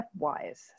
stepwise